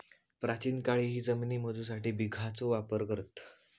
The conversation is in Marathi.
प्राचीन काळीही जमिनी मोजूसाठी बिघाचो वापर करत